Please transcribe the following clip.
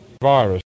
virus